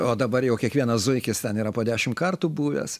o dabar jau kiekvienas zuikis ten yra po dešimt kartų buvęs